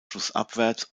flussabwärts